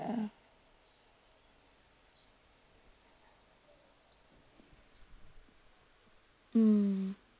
mm